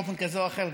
באופן כזה או אחר,